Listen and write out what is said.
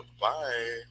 bye